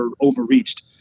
overreached